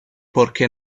porque